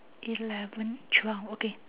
eleven twelve okay